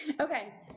Okay